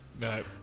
no